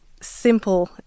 simple